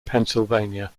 pennsylvania